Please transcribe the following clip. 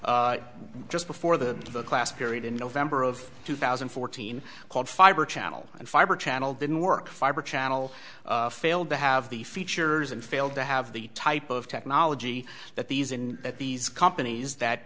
just before the end of a class period in november of two thousand and fourteen called fiber channel and fiber channel didn't work fiber channel failed to have the features and failed to have the type of technology that these in that these companies that